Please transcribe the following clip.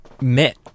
met